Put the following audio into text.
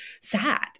sad